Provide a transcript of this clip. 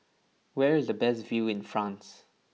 where is the best view in France